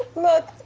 look,